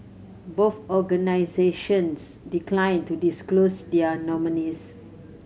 both organisations declined to disclose their nominees